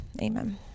Amen